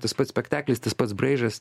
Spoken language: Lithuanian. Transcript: tas pats spektaklis tas pats braižas